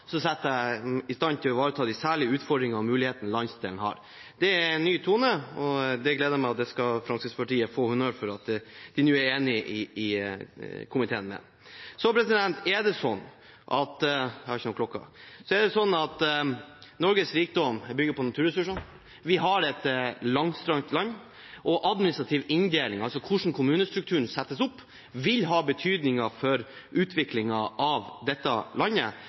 i stand til å ivareta de særlige utfordringene og mulighetene landsdelen har. Det er en ny tone, det gleder meg, og det skal Fremskrittspartiet få honnør for at de nå er enig med komiteen i. Norges rikdom er bygd på naturressurser, vi har et langstrakt land, og den administrative inndelingen – altså hvordan kommunestrukturen er – vil ha betydning for utviklingen av dette landet. Jeg registrerte at statsråden kom med en delvis innrømmelse av at hvordan man administrativt velger å bygge opp dette landet,